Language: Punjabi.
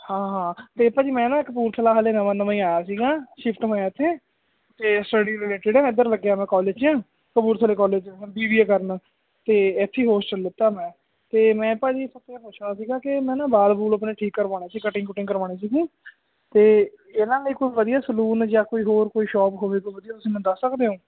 ਹਾਂ ਹਾਂ ਤੇ ਭਾਅ ਜੀ ਮੈਂ ਨਾ ਕਪੂਰਥਲਾ ਹਾਲੇ ਨਵਾਂ ਨਵਾਂ ਹੀ ਆਇਆ ਸੀਗਾ ਸ਼ਿਫਟ ਹੋਇਆ ਇਥੇ ਤੇ ਸਟਡੀ ਰਿਲੇਟਿਡ ਇਧਰ ਲੱਗਿਆ ਮੈਂ ਕਾਲਜ 'ਚ ਕਪੂਰਥਲੇ ਕਾਲਜ ਬੀ ਬੀ ਏ ਕਰਨਾ ਤੇ ਇੱਥੇ ਹੋਸਟਲ ਲਿੱਤਾ ਮੈਂ ਤੇ ਮੈਂ ਭਾਅ ਜੀ ਥੋਤੋਂ ਪੁੱਛਣਾ ਸੀਗਾ ਕਿ ਮੈਂ ਨਾ ਵਾਲ ਵੂਲ ਆਪਣੇ ਠੀਕ ਕਰਵਾਉਣਾ ਸੀ ਕਟਿੰਗ ਕੁਟਿੰਗ ਕਰਵਾਉਣੀ ਸੀਗੀ ਤੇ ਇਹਨਾਂ ਲਈ ਕੋਈ ਵਧੀਆ ਸਲੂਨ ਜਾਂ ਕੋਈ ਹੋਰ ਕੋਈ ਸ਼ੋਪ ਹੋਵੇ ਵਧੀਆ ਤੁਸੀਂ ਮੈਨੂੰ ਦੱਸ ਸਕਦੇ ਹੋ